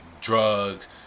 drugs